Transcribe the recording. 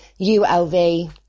ulv